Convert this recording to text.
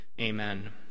Amen